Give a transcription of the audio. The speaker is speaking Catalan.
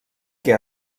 què